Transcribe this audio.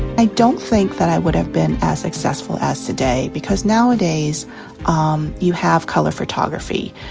i don't think that i would have been as successful as today, because nowadays um you have color photography,